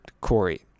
Corey